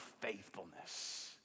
faithfulness